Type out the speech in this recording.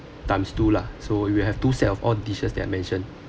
times two lah so we will have two set of all dishes that are mention